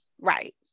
right